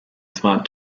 smart